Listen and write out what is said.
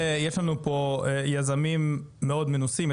יש לנו פה יזמים מאוד מנסים.